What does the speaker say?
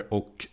och